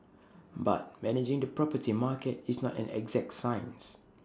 but managing the property market is not an exact science